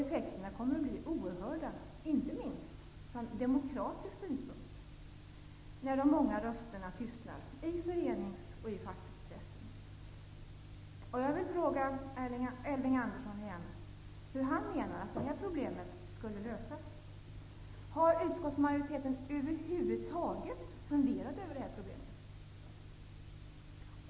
Effekterna kommer att bli oerhörda, inte minst från demokratisk synpunkt, när de många rösterna tystnar i förenings och fackpressen. Jag vill fråga Elving Andersson hur han menar att det här problemet skall lösas. Har utskottsmajoriteten över huvud taget funderat över problemet?